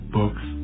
books